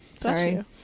sorry